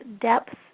depth